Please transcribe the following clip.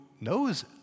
knows